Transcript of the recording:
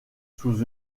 sous